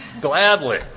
Gladly